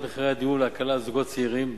מחירי הדיור ולהקלה על זוגות צעירים.